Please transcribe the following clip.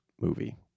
movie